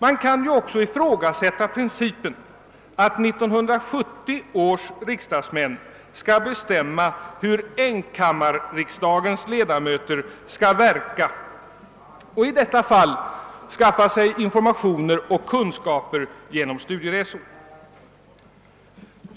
Man kan också ifrågasätta principen att 1970 års riksdagsmän skall bestämma hur enkammarriksdagens ledamöter skall verka och i detta fall skaffa sig informationer och kunskaper genom studieresor.